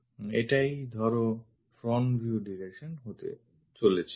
কারণ এটাই ধরো front view direction হতে চলেছে